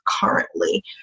currently